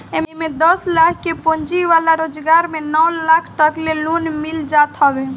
एमे दस लाख के पूंजी वाला रोजगार में नौ लाख तकले लोन मिल जात हवे